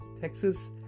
Texas